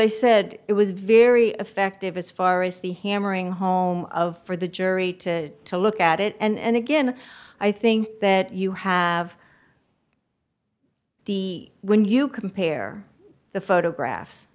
i said it was very effective as far as the hammering home of for the jury to to look at it and again i think that you have the when you compare the photographs